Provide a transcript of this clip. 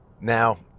Now